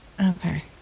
Okay